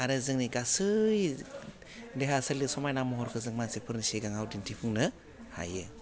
आरो जोंनि गासै देहा सोलेर समाइना महरखौ जों मानसिफोरनि सिगाङाव दिन्थिफुंनो हायो